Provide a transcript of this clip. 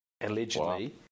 Allegedly